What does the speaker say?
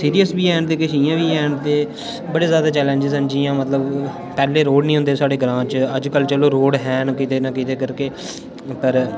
serious बी हैन कुछ इ'यां बी हैन ते बड़े जादै चैलेंज्स न जि'यां मतलब पैह्लें रोड निं होन्दे हे साढ़े ग्रांऽ च अज्जकल चलो रोड हैन किते ना किते करके